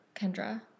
Kendra